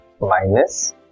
Minus